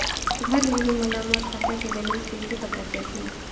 घर ले ही मोला मोर खाता के बैलेंस कइसे पता चलही?